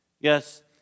Yes